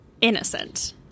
innocent